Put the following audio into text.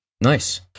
nice